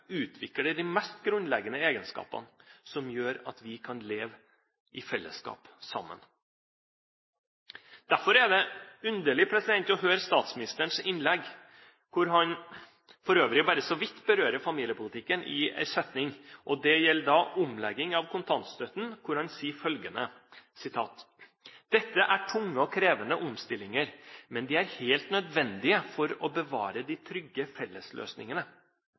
utvikler de mest grunnleggende egenskaper som gjør at vi kan leve i fellesskap sammen. Derfor var det underlig å høre statsministerens innlegg der han for øvrig bare så vidt berørte familiepolitikken i én setning, og det gjaldt da omlegging av kontantstøtten, hvor han sa følgende: «Dette er tunge og krevende omstillinger, men de er helt nødvendige for å bevare de trygge